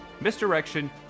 Misdirection